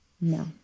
No